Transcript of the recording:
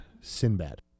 Sinbad